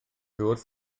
wrth